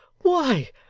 why,